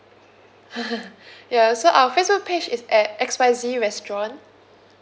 ya so our facebook page is at X Y Z restaurant